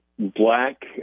Black